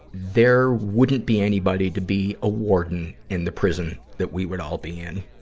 there wouldn't be anybody to be a warden in the prison that we would all be in.